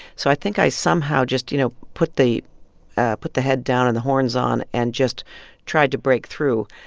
so i think i somehow just, you know, put the put the head down and the horns on and just tried to break through.